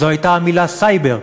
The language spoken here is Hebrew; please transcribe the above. זו הייתה המילה סייבר.